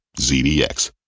ZDX